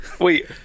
Wait